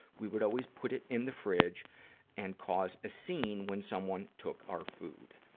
we would always put it in the fridge and cause a scene when someone took our food.